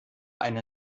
eine